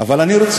(אומר בערבית: חזרנו ומוטב לחזור.) אבל אני רוצה,